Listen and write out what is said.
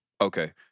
Okay